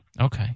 Okay